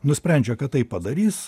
nusprendžia kad tai padarys